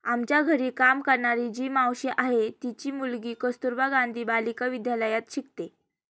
आमच्या घरी काम करणारी जी मावशी आहे, तिची मुलगी कस्तुरबा गांधी बालिका विद्यालयात शिकते